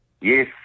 Yes